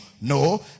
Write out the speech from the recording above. No